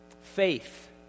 Faith